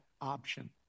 option